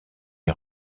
est